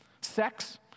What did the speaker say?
Sex